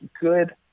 good